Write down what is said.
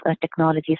technologies